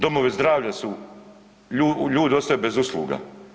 Domove zdravlja su, ljudi ostaju bez usluga.